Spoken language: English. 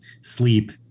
sleep